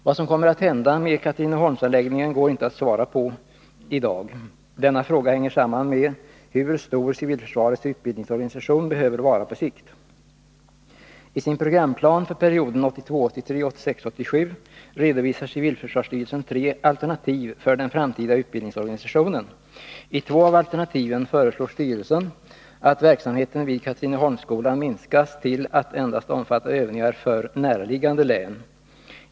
Vad som kommer att hända med Katrineholmsanläggningen går inte att svara på i dag. Denna fråga hänger samman med hur stor civilförsvarets utbildningsorganisation behöver vara på sikt. I sin programplan för perioden 1982 87 redovisar civilförsvarsstyrelsen tre alternativ för den framtida utbildningsorganisationen. I två av alternativen föreslår styrelsen att verksamheten vid Katrineholmsskolan minskas till att endast omfatta övningar för näraliggande län.